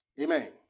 Amen